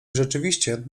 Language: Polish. rzeczywiście